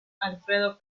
alfredo